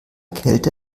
kälte